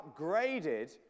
upgraded